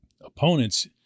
opponents